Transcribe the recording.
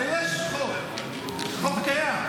הרי יש חוק, חוק קיים.